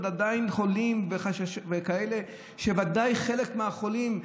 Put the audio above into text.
עדיין חולים ובוודאי חלק מהחולים,